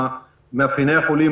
מאפייני החולים,